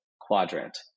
quadrant